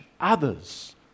others